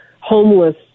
homeless